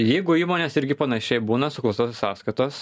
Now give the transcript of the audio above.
jeigu įmonės irgi panašiai būna suklastotos sąskaitos